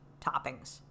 toppings